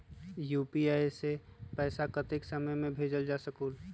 UPI से पैसा कतेक समय मे भेजल जा स्कूल?